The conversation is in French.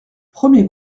premier